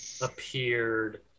appeared